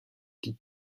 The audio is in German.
die